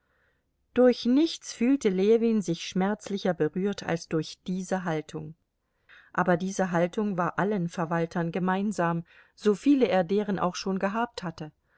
durch nichts fühlte ljewin sich schmerzlicher berührt als durch diese haltung aber diese haltung war allen verwaltern gemeinsam so viele er deren auch schon gehabt hatte